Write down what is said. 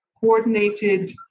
coordinated